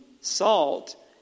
salt